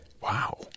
Wow